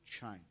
change